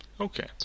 Okay